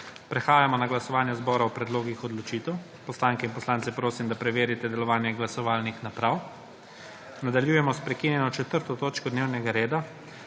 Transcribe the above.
Prehajamo na glasovanje zbora o predlogih odločitev. Poslanke in poslance prosim, da preverijo delovanje glasovalnih naprav. Nadaljujemo sprekinjeno 4. točko dnevnega reda,